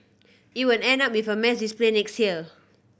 it will end up with a mass display next year